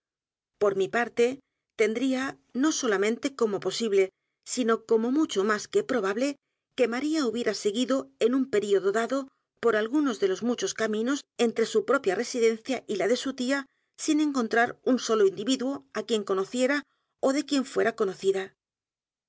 por mi parte tendría no solamente como posible sino como mucho más que probable que maría hubiera seguido en un período dado por algunos de los muchos caminos entre su propia residencia y la de su tía sin encontrar un solo individuo á quien conociera ó de quien fuera conocida